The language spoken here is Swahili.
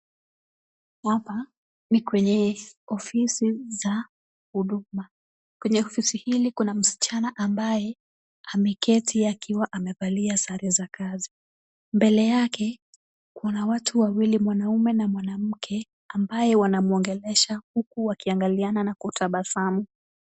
Hapa ni kwenye ofisi za huduma, kwenye ofisi hii kuna msichana ambaye ameketi akiwa amevalia sare za kazi. Mbele yake, kuna watu wawili, mwanaume na mwanamke ambaye wanamwongelesha huku wakiangalia na kutabasamu.